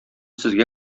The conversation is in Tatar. сезгә